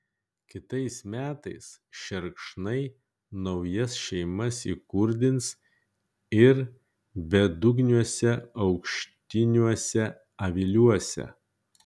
kitais metais šerkšnai naujas šeimas įkurdins ir bedugniuose aukštiniuose aviliuose